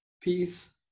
peace